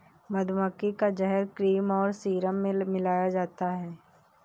मधुमक्खी का जहर क्रीम और सीरम में मिलाया जाता है